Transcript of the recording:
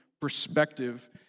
perspective